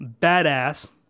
badass